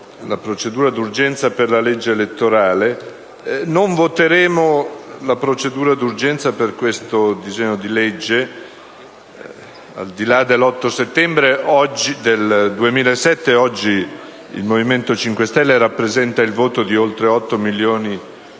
la procedura d'urgenza per la legge elettorale, ma non voteremo la procedura d'urgenza per questo disegno di legge. Al di là dell'8 settembre 2007, oggi il Movimento 5 Stelle rappresenta il voto di oltre 8 milioni di